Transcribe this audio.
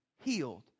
healed